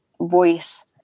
voice